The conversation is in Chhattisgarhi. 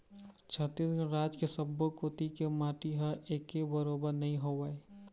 छत्तीसगढ़ राज के सब्बो कोती के माटी ह एके बरोबर नइ होवय